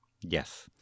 Yes